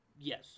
Yes